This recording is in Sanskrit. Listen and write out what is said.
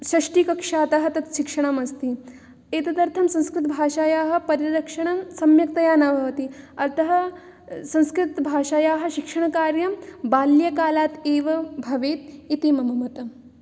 षष्टिकक्षातः तत् शिक्षणम् अस्ति एतदर्थं संस्कृतभाषायाः परिरक्षणं सम्यक्तया न भवति अतः संस्कृतभाषायाः शिक्षणकार्यं बाल्यकालात् एव भवेत् इति मम मतम्